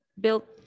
built